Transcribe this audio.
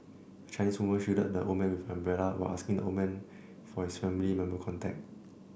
a Chinese woman shielded the old man with an umbrella while asking the old man for his family member contact